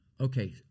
Okay